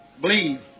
Believe